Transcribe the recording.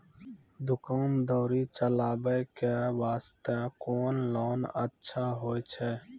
दुकान दौरी चलाबे के बास्ते कुन लोन अच्छा होय छै?